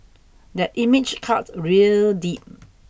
that image cut real deep